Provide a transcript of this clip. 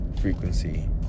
frequency